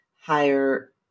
higher